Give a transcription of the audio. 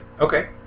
Okay